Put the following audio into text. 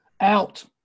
Out